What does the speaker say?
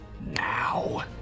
now